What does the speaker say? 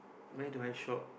where do I shop